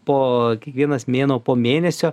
po kiekvienas mėnuo po mėnesio